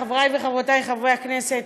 חברי וחברותי חברי הכנסת,